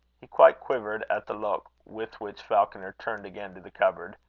he quite quivered at the look with which falconer turned again to the cupboard.